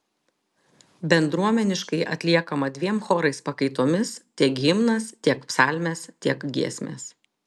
bendruomeniškai atliekama dviem chorais pakaitomis tiek himnas tiek psalmės tiek giesmės